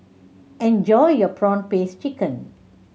enjoy your prawn paste chicken